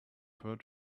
heard